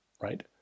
right